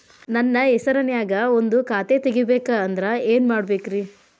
ನನ್ನ ಹೆಸರನ್ಯಾಗ ಒಂದು ಖಾತೆ ತೆಗಿಬೇಕ ಅಂದ್ರ ಏನ್ ಮಾಡಬೇಕ್ರಿ?